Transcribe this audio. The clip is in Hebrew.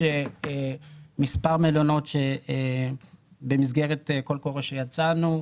יש מספר מלונות שבמסגרת קול קורא שיצאנו,